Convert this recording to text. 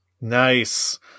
Nice